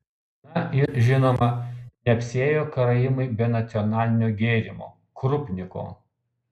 na ir žinoma neapsiėjo karaimai be nacionalinio gėrimo krupniko